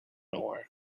ore